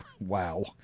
Wow